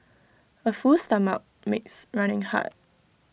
A full stomach makes running hard